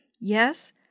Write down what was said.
Yes